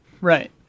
Right